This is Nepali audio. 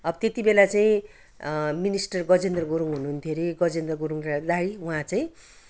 अब त्यति बेला चाहिँ मिनिस्टर गजेन्द्र गुरुङ हुनुहुन्थ्यो अरे गजेन्द्र गुरुङलाई उहाँ चाहिँ